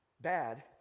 bad